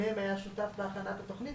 שהממ"מ היה שותף בהכנת התוכנית,